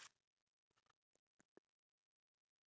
um red velvet cake